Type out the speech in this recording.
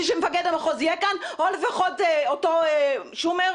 שמפקד המחוז יהיה כאן או לפחות אותו שומר,